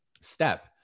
step